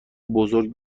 بزرگ